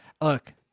look